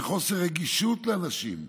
חוסר רגישות לאנשים.